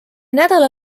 nädala